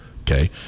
okay